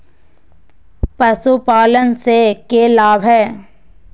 पशुपालन से के लाभ हय?